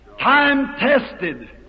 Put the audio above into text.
Time-tested